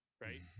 Right